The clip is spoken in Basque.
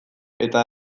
eta